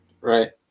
Right